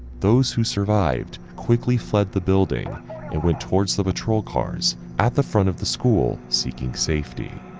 those who survived quickly fled the building and went towards the patrol cars at the front of the school seeking safety.